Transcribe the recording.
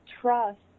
trust